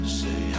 say